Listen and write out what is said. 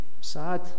sad